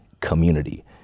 community